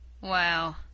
Wow